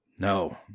no